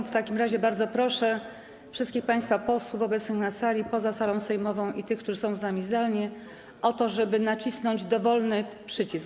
W takim razie bardzo proszę wszystkich państwa posłów obecnych na sali, poza salą sejmową i tych, którzy są z nami zdalnie, o to, żeby nacisnąć dowolny przycisk